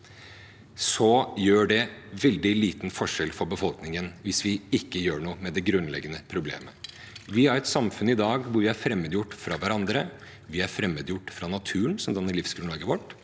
gjør det veldig liten forskjell for befolkningen hvis vi ikke gjør noe med det grunnleggende problemet. Vi har et samfunn i dag hvor vi er fremmedgjort fra hverandre, og vi er fremmedgjort fra naturen som danner livsgrunnlaget vårt.